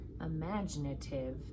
imaginative